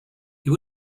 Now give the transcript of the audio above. you